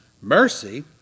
mercy